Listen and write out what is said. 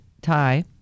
Thai